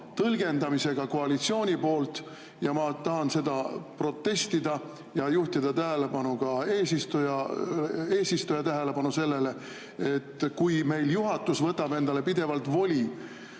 tõlgendamisega koalitsiooni poolt. Ma tahan selle vastu protestida ja juhtida ka eesistuja tähelepanu sellele, et kui meil juhatus võtab endale pidevalt voli